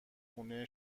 خونه